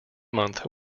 month